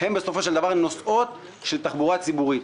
הן בסופו של דבר נוסעות של תחבורה ציבורית.